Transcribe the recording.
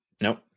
Nope